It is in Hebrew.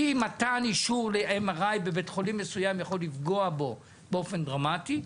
אי מתן אישור ל-MRI בבית חולים מסוים יכול לפגוע בו באופן דרמטי,